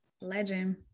Legend